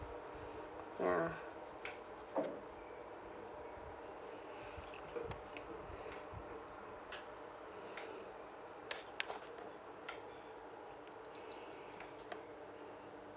ya